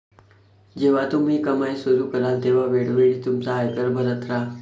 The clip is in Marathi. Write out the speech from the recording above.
जेव्हा तुम्ही कमाई सुरू कराल तेव्हा वेळोवेळी तुमचा आयकर भरत राहा